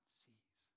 sees